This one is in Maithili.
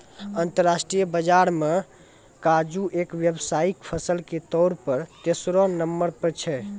अंतरराष्ट्रीय बाजार मॅ काजू एक व्यावसायिक फसल के तौर पर तेसरो नंबर पर छै